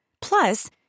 Plus